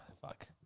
fuck